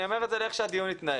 אני אומר את זה על איך שהדיון התנהל.